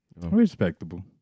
Respectable